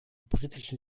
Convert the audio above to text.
britischen